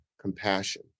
compassion